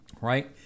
right